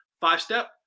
five-step